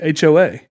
HOA